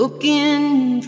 Looking